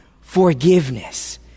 forgiveness